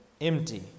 Empty